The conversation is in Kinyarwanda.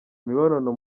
imibonano